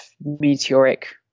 meteoric